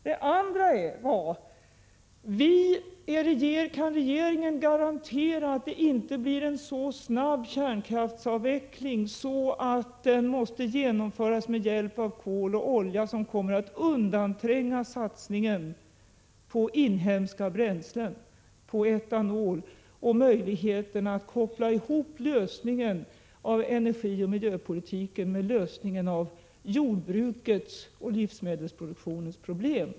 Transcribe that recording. Den andra frågan var: Kan regeringen garantera att det inte blir en så snabb kärnkraftsavveckling att den måste genomföras med hjälp av kol och olja, som kommer att undantränga satsningen på inhemska bränslen och på etanol samt möjligheten att koppla ihop lösningen av energioch miljöpolitiken med lösningen av jordbrukets och livsmedelsproduktionens problem?